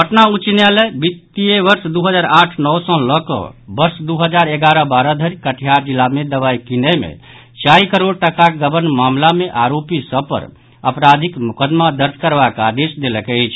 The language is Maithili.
पटना उच्च न्यायालय वित्तीय वर्ष दू हजार आठ नओ सँ लऽ कऽ वर्ष दू हजार एगारह बारह धरि कटिहार जिला मे दवाई किनय मे चारि करोड़ टाकाक गबन मामिला मे आरोपी सभ पर आपराधिक मोकदमा दर्ज करबाक आदेश देलक अछि